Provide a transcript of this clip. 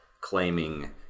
claiming